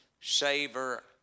savor